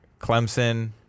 Clemson